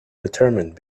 determined